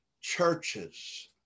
churches